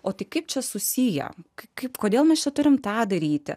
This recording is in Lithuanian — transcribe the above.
o tik kaip čia susiję kaip kodėl mes čia turime tą daryti